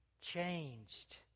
changed